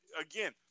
again